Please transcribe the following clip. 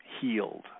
healed